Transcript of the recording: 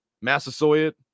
Massasoit